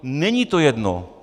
Není to jedno.